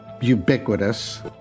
ubiquitous